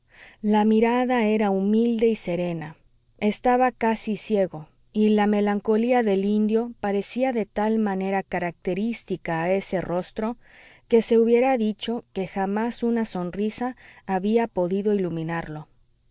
la mirada era humilde y serena estaba casi ciego y la melancolía del indio parecía de tal manera característica a ese rostro que se hubiera dicho que jamás una sonrisa había podido iluminarlo